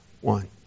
one